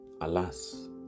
alas